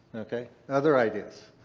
okay. other ideas?